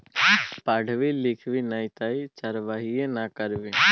पढ़बी लिखभी नै तँ चरवाहिये ने करभी